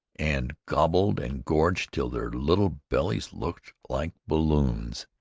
and gobbled and gorged till their little bellies looked like balloons.